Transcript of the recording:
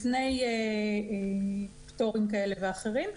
לפני פטורים כאלה ואחרים.